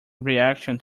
reaction